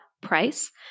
price